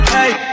Hey